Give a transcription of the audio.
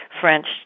French